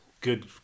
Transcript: good